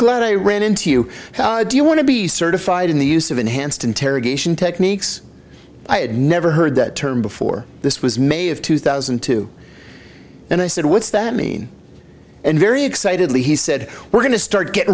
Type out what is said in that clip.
glad i ran into you do you want to be certified in the use of enhanced interrogation techniques i had never heard that term before this was may of two thousand and two and i said what's that mean and very excitedly he said we're going to start getting